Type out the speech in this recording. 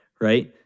Right